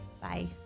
Bye